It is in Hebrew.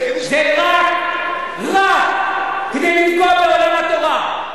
זה רק כדי לפגוע בעולם התורה.